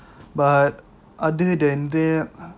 but other than that